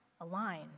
align